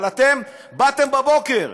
אבל אתם באתם בבוקר,